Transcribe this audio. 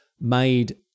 made